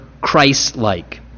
Christ-like